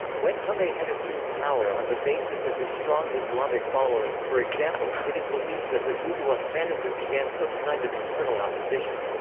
when hummay had assumed power on the basis of his strong islamic following, for example, it is believed that the duguwa kanembu began some kind of internal opposition.